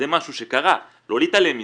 זה משהו שקרה, לא להתעלם מזה.